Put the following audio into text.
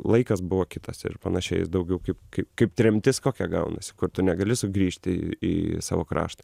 laikas buvo kitas ir panašiai jis daugiau kaip kaip kaip tremtis kokia gaunasi kur tu negali sugrįžti į savo kraštą